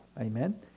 Amen